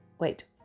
wait